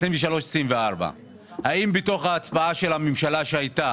2023 2024. האם בתוך ההצבעה של הממשלה שהייתה